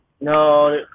No